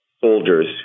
soldiers